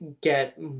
get